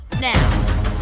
now